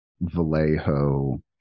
Vallejo